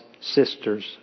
sister's